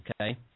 Okay